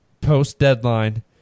post-deadline